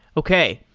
okay.